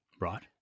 Right